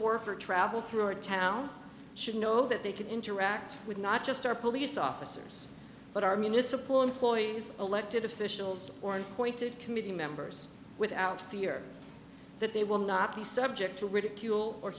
work or travel through our town should know that they could interact with not just our police officers but our municipal employees elected officials or an appointed committee members without fear that they will not be subject to ridicule or